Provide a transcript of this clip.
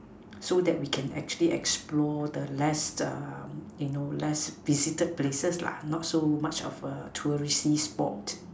so that we can actually explore the less um you know less visited places lah not so much of a touristy spot